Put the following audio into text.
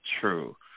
true